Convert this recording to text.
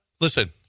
listen